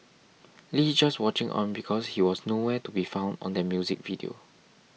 Lee just watching on because he was no where to be found on that music video